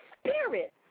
spirit